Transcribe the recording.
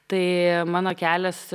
tai mano kelias